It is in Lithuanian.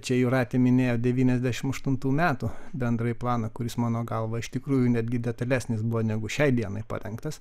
čia jūratė minėjo devyniasdešimt aštuntų metų bendrąjį planą kuris mano galva iš tikrųjų netgi detalesnis buvo negu šiai dienai parengtas